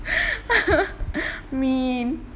mean